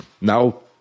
Now